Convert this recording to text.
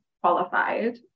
qualified